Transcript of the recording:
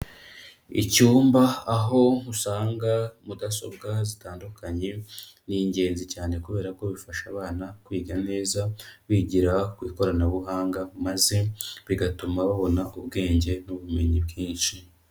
Icyumba aho usanga mudasobwa zitandukanye, ni ingenzi cyane kubera ko bifasha abana kwiga neza, bigira ku ikoranabuhanga maze bigatuma babona ubwenge n'ubumenyi bwinshi.